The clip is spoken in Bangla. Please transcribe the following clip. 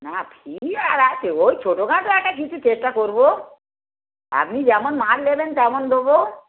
না ফি আর আছে ওই ছোটো খাটো একটা কিছু চেষ্টা করবো আপনি যেমন মাল নেবেন তেমন দেবো